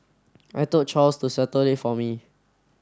I told Charles to settle it for me